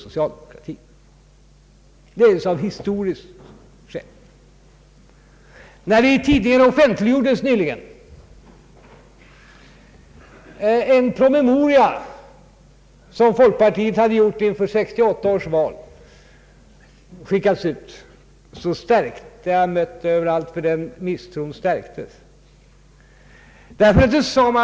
När i tidningarna nyligen offentliggjordes att folkpartiet hade skickat ut en promemoria inför 1968 års valrörelse, stärktes denna misstro.